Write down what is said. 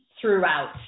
throughout